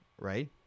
Right